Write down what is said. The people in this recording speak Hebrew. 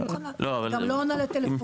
היא לא מוכנה, גם לא עונה לטלפונים.